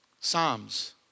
Psalms